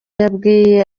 yabwiye